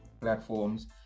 platforms